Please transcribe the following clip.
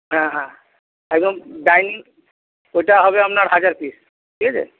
হ্যাঁ হ্যাঁ একদম বাইন্ডিং ওটা হবে আপনার হাজার পিস ঠিক আছে